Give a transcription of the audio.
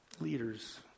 Leaders